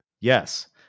Yes